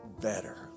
better